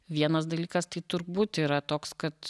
vienas dalykas tai turbūt yra toks kad